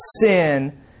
sin